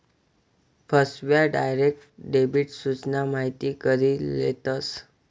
फसव्या, direct debit सूचना माहिती करी लेतस